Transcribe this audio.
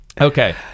Okay